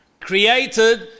created